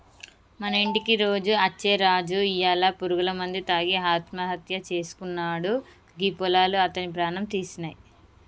మన ఇంటికి రోజు అచ్చే రాజు ఇయ్యాల పురుగుల మందు తాగి ఆత్మహత్య సేసుకున్నాడు గీ పొలాలు అతని ప్రాణం తీసినాయి